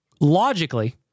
logically